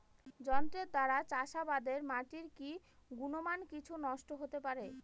যন্ত্রের দ্বারা চাষাবাদে মাটির কি গুণমান কিছু নষ্ট হতে পারে?